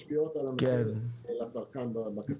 משפיעות על המחיר לצרכן בקצה.